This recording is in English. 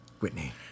Whitney